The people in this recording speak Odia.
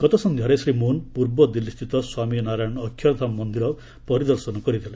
ଗତ ସନ୍ଧ୍ୟାରେ ଶ୍ରୀ ମୁନ୍ ପୂର୍ବ ଦିଲ୍ଲୀସ୍ଥିତ ସ୍ୱାମୀ ନାରାୟଣ ଅକ୍ଷରଧାମ ମନ୍ଦିର ପରିଦର୍ଶନ କରିଥିଲେ